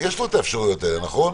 יש לו את האפשרויות האלה, נכון?